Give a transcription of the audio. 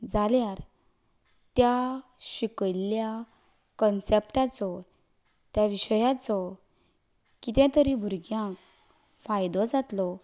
जाल्यार त्या शिकयिल्ल्या कॉन्सेप्टाचो त्या विशयाचो कितें तरी भुरग्यांक फायदो जातलो